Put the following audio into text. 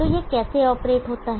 तो यह कैसे ऑपरेट होता है